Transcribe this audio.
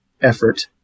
effort